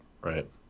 right